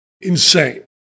insane